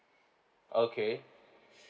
okay